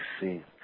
see